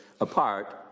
apart